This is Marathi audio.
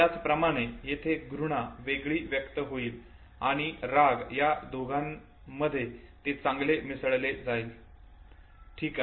त्याचप्रकारे येथे घृणा वेगळी व्यक्त होईल आणि राग या दोघांमध्ये ते चांगले मिसळले जाईल ठीक आहे